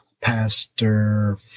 Pastor